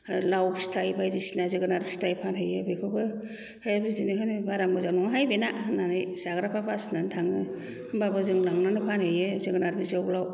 लाव फिथाय बायदिसिना जोगोनाद फिथाय फानहैयो बेखौबो बिदिनो होनो बारा मोजां नङाहाय बेना होननानै जाग्राफ्रा बासिनानै थाङो होनबाबो जों लांनानै फानहैयो जोगोनार बिजौ लाव